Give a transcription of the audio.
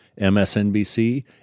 MSNBC